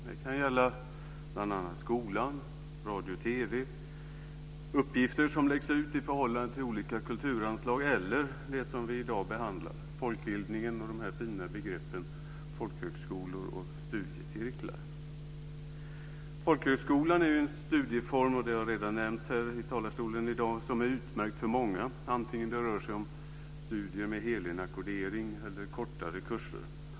Det kan bl.a. gälla skolan och radio/TV. Det kan gälla uppgifter som läggs ut i samband med olika kulturanslag eller det som vi i dag behandlar; folkbildningen och de här fina begreppen folkhögskolor och studiecirklar. Folkhögskolan är ju en studieform, det har redan nämnts här i talarstolen i dag, som är utmärkt för många vare sig det rör sig om studier med helinackordering eller om kortare kurser.